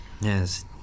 Yes